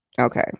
Okay